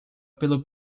pelo